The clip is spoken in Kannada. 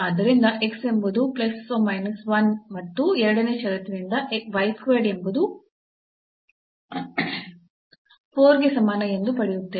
ಆದ್ದರಿಂದ x ಎಂಬುದು ಮತ್ತು ಎರಡನೇ ಷರತ್ತಿನಿಂದ ಎಂಬುದು 4 ಗೆ ಸಮಾನ ಎಂದು ಪಡೆಯುತ್ತೇವೆ